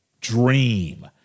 dream